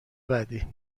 بعدی